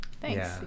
Thanks